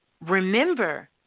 remember